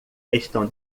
estão